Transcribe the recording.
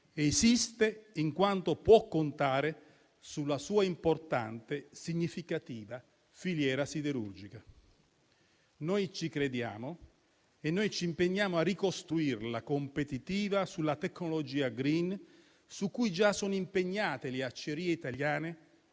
esiste in quanto può contare sulla sua importante e significativa filiera siderurgica. Noi ci crediamo e ci impegniamo a ricostruirla competitiva sulla tecnologia *green* su cui già sono impegnate le acciaierie italiane,